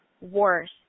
worse